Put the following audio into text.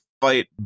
fight